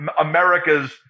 America's